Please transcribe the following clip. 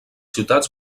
ciutats